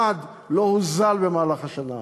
אחד, לא הוזל במהלך השנה הזאת.